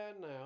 now